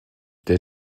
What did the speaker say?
der